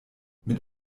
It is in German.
mit